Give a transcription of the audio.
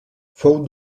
fou